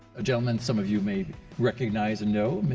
a gentleman some of you may recognize and know,